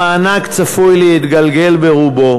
המענק צפוי להתגלגל ברובו,